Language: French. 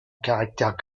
caractères